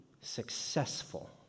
successful